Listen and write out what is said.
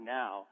now